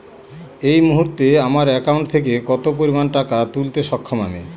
এই মুহূর্তে আমার একাউন্ট থেকে কত পরিমান টাকা তুলতে সক্ষম আমি?